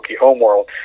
homeworld